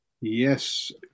Yes